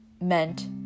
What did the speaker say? meant